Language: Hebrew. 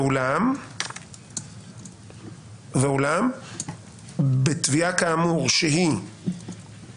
ואולם בתביעה כאמור שהיא